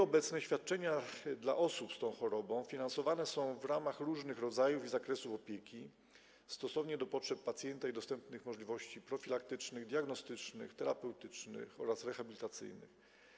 Obecnie świadczenia dla osób z tą chorobą finansowane są w ramach różnych rodzajów i zakresów opieki, stosownie do potrzeb pacjenta i dostępnych możliwości profilaktycznych, diagnostycznych, terapeutycznych oraz rehabilitacyjnych.